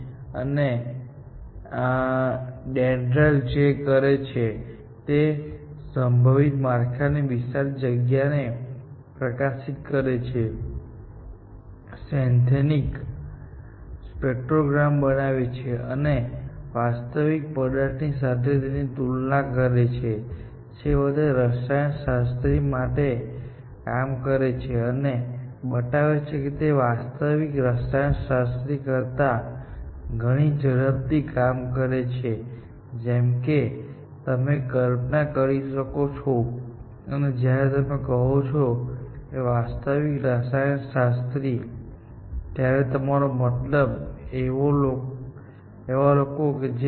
અને DENDRAL જે કરે છે તે સંભવિત માળખાની વિશાળ જગ્યાને પ્રકાશિત કરશે સિન્થેટિક સ્પેક્ટ્રોગ્રામ બનાવે છે અને વાસ્તવિક પદાર્થની સાથે તેની તુલના કરે છે અને છેવટે રસાયણશાસ્ત્રી માટે કામ કરે છે અને બતાવે છે કે તે વાસ્તવિક રસાયણશાસ્ત્રી કરતા ઘણી ઝડપથી કામ કરે છે જેમ કે તમે કલ્પના કરી શકો છો અને જ્યારે તમે કહો છો વાસ્તવિક રસાયણશાસ્ત્રી ત્યારે મારો મતલબ એવા લોકો છે જે પી